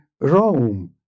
Rome